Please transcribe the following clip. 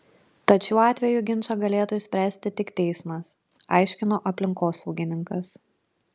tad šiuo atveju ginčą galėtų išspręsti tik teismas aiškino aplinkosaugininkas